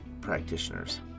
practitioners